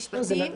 המשפטים.